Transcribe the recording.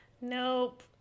Nope